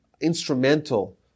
instrumental